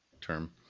term